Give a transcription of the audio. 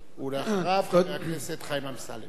אחריו, חבר הכנסת חיים אמסלם.